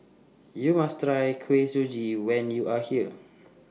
YOU must Try Kuih Suji when YOU Are here